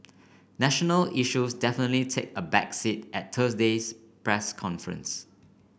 national issues definitely take a back seat at Thursday's press conference